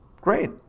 Great